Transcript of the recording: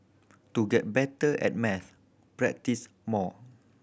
to get better at maths practise more